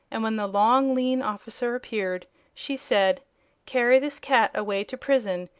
and when the long, lean officer appeared she said carry this cat away to prison,